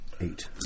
Eight